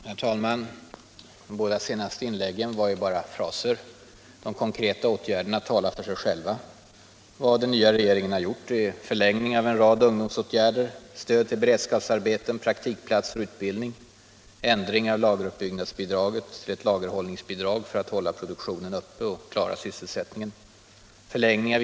Herr talman! De båda senaste inläggen var mest fraser. De konkreta åtgärderna talar för sig själva. Vad den nuvarande regeringen har gjort är bl.a.: Ändring av lageruppbyggnadsbidraget, ett lagerhållningsbidrag för att hålla produktionen uppe och klara sysselsättningen.